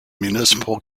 municipal